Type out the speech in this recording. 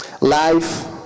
Life